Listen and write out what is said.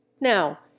Now